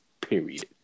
Period